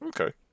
Okay